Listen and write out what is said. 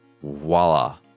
voila